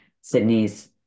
Sydney's